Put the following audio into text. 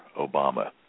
Obama